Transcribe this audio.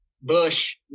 Bush